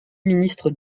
ministre